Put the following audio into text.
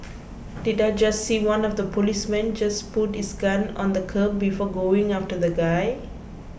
did I just see one of the policemen just put his gun on the curb before going after the guy